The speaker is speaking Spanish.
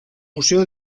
museo